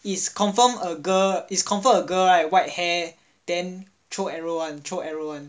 is confirm a girl is confirm a girl right then white hair then throw arrow [one] throw arrow [one]